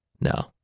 No